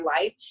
life